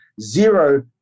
zero